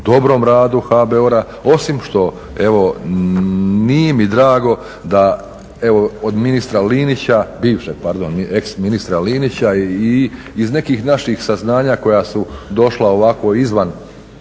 dobrom radu HBOR-a osim što evo nije mi drago evo od ministra Linića, bivšeg pardon, ex ministra Linića i iz nekih naših saznanja koja su došla ovako izvan,